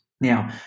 Now